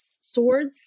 swords